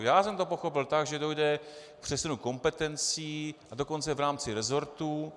Já jsem to pochopil tak, že dojde k přesunu kompetencí, a dokonce v rámci resortů.